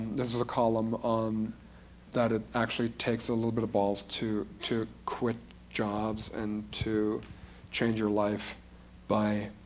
this is a column on that it actually takes a little bit of balls to to quit jobs and to change your life by